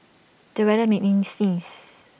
the weather made me sneeze